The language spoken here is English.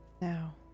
Now